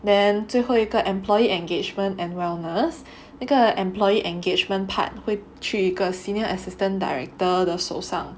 then 最后一个 employee engagement and wellness 那个 employee engagement part 会去一个 senior assistant director 的手上